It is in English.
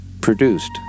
Produced